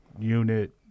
unit